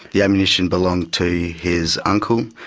the ammunition belonged to his uncle.